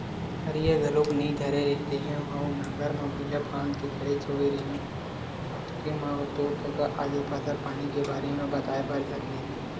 हरिया घलोक नइ धरे रेहे हँव नांगर म बइला फांद के खड़ेच होय रेहे हँव ओतके म तोर कका आगे फसल पानी के बारे म बताए बर धर लिस